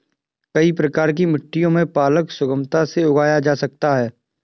कई प्रकार की मिट्टियों में पालक सुगमता से उगाया जा सकता है